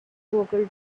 vocal